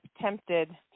tempted